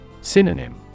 Synonym